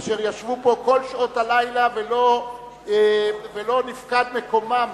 אשר ישבו פה כל שעות הלילה ולא נפקד מקומם